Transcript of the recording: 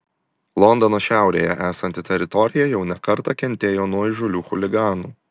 londono šiaurėje esanti teritorija jau ne kartą kentėjo nuo įžūlių chuliganų